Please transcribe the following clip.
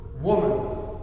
woman